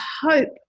hope